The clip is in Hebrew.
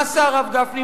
מה עשה הרב גפני?